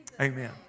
amen